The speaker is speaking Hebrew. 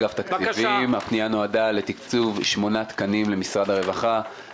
הפנייה נועדה לתקצוב שמונה תקנים למשרד הרווחה,